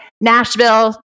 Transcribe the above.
Nashville